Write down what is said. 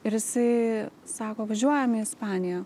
ir jisai sako važiuojam į ispaniją